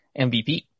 MVP